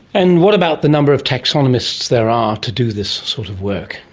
and what about the number of taxonomists there are to do this sort of work?